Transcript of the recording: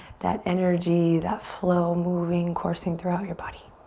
that energy, that flow moving, coursing throughout your body.